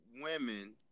women